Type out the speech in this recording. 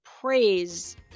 praise